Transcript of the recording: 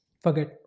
forget